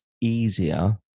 easier